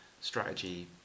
strategy